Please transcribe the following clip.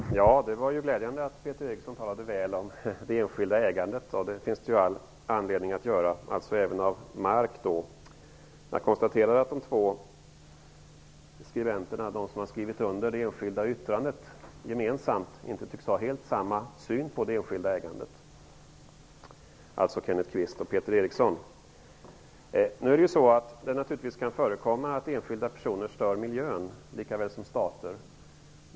Herr talman! Det var glädjande att Peter Eriksson talade väl om det enskilda ägandet. Det finns det all anledning att göra, även när det gäller ägande av mark. Jag konstaterar att de två skribenter som gemensamt skrivit under det enskilda yttrandet, alltså Kenneth Kvist och Peter Eriksson, inte helt och hållet tycks ha samma syn på det enskilda ägandet. Det kan naturligtvis förekomma att enskilda personer likaväl som stater stör miljön.